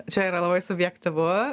čia yra labai subjektyvu